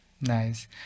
Nice